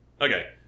okay